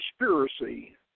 conspiracy